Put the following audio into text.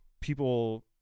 people